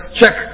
check